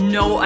no